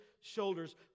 shoulders